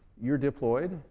you're diploid